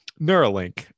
Neuralink